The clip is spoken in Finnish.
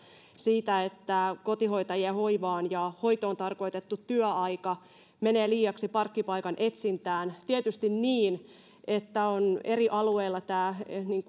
siitä että kotihoitajien hoivaan ja hoitoon tarkoitettu työaika menee liiaksi parkkipaikan etsintään tietysti on niin että eri alueilla